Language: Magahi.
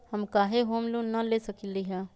हम काहे होम लोन न ले सकली ह?